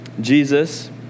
Jesus